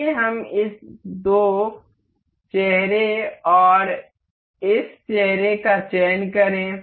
आइए हम दो इस चेहरे और इस चेहरे का चयन करें